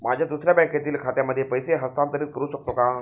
माझ्या दुसऱ्या बँकेतील खात्यामध्ये पैसे हस्तांतरित करू शकतो का?